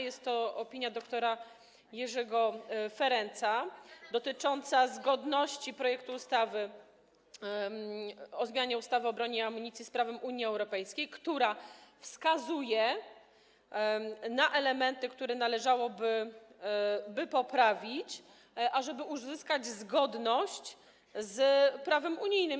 Jest to opinia dr. Jerzego Ferenza dotycząca zgodności projektu ustawy o zmianie ustawy o broni i amunicji z prawem Unii Europejskiej, która wskazuje na elementy, które należałoby poprawić, ażeby uzyskać zgodność z prawem unijnym.